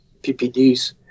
PPDs